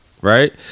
Right